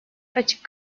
açık